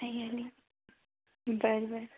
नाही आणि बरं बरं